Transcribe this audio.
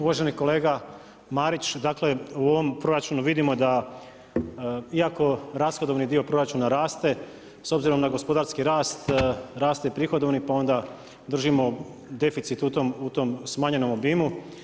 Uvaženi kolega Marić, dakle u ovom proračunu vidimo da iako rashodovni dio proračuna raste s obzirom na gospodarski rast raste i prihodovni, pa onda držimo deficit u tom smanjenom obimu.